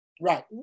Right